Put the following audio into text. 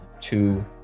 two